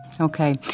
Okay